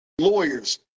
lawyers